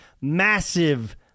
massive